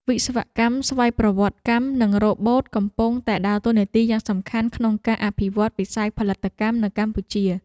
វិស្វកម្មស្វ័យប្រវត្តិកម្ម និងរ៉ូបូតកំពុងតែដើរតួនាទីយ៉ាងសំខាន់ក្នុងការអភិវឌ្ឍវិស័យផលិតកម្មនៅកម្ពុជា។